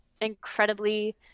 incredibly